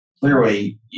clearly